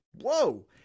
whoa